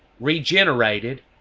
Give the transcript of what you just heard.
regenerated